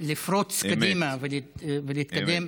לפרוץ קדימה ולהתקדם.